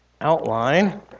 outline